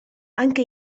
anche